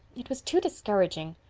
it was too discouraging.